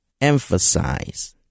emphasize